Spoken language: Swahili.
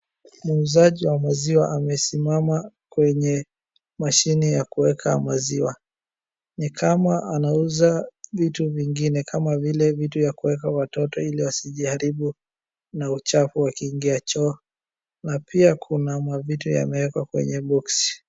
Muuzaji wa maziwa amesimama kwenye mashine ya kuweka maziwa ni kama anauza vitu zingine kama vile vitu ya kuweka watoto ili wasijiharibu na uchafu wakiingia choo. Na pia kuna mavitu yamewekwa kwenye boxi.